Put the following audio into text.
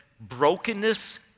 brokenness